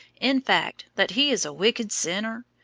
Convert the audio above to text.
in fact, that he is a wicked sinner?